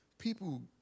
people